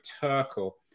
Turkle